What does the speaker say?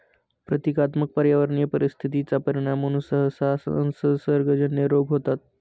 प्रतीकात्मक पर्यावरणीय परिस्थिती चा परिणाम म्हणून सहसा असंसर्गजन्य रोग होतात